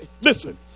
Listen